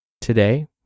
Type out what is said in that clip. today